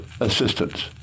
assistance